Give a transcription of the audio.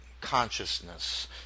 consciousness